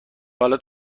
حالت